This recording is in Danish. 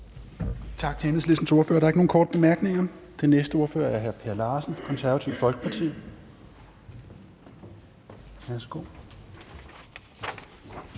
Tak til Enhedslistens ordfører. Der er ingen korte bemærkninger. Den næste ordfører er hr. Per Larsen fra Det Konservative Folkeparti. Værsgo.